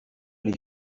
les